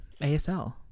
ASL